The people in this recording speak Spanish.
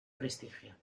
prestigio